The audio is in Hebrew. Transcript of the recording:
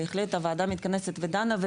בהחלט הוועדה מתכנסת ודנה,